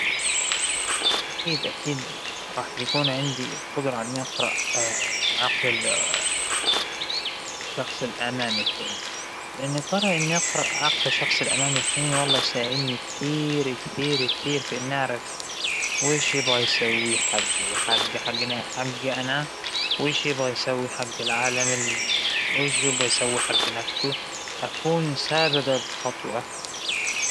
أعتقد إنى أفضل يكون عندى القدرة على قراءة العقول، إنه لو قدرت إنك تقرا عقل اللى قدامك وتفهم وايش يفكر، انت نتركته خلاص دريت ايش هى الخطوة الجاية تبعوا، ايش راح يكون تفكيره ايش راح يختار، لو إنه عدوك ايش راح يسوى معك انت هاك تم تركت هاى الشخص.